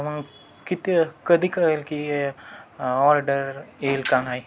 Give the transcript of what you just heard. मंग कित् कधी कळेल की हे ऑर्डर येईल का नाही